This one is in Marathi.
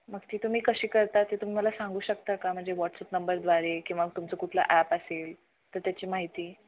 मग ती तुम्ही कशी करता ती तुम्ही मला सांगू शकता का म्हणजे व्हॉट्सअप नंबरद्वारे किंवा तुमचं कुठलं ॲप असेल तर त्याची माहिती